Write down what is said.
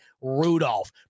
Rudolph